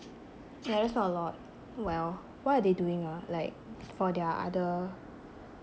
yeah that's not a lot well what are they doing ah like for their other